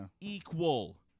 Equal